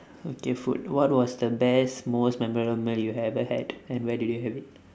okay food what was the best most memorable you ever had and where did you have it